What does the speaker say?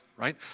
right